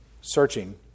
searching